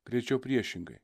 greičiau priešingai